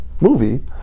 movie